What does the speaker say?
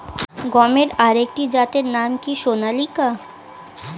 গমের আরেকটি জাতের নাম কি সোনালিকা?